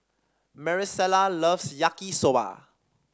Maricela loves Yaki Soba